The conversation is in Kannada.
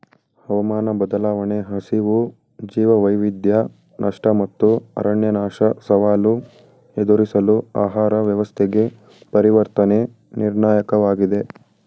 ಹವಾಮಾನ ಬದಲಾವಣೆ ಹಸಿವು ಜೀವವೈವಿಧ್ಯ ನಷ್ಟ ಮತ್ತು ಅರಣ್ಯನಾಶ ಸವಾಲು ಎದುರಿಸಲು ಆಹಾರ ವ್ಯವಸ್ಥೆಗೆ ಪರಿವರ್ತನೆ ನಿರ್ಣಾಯಕವಾಗಿದೆ